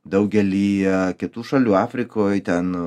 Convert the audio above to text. daugelyje kitų šalių afrikoj ten